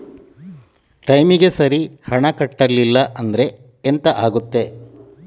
ಟೈಮಿಗೆ ಸರಿ ಹಣ ಕಟ್ಟಲಿಲ್ಲ ಅಂದ್ರೆ ಎಂಥ ಆಗುತ್ತೆ?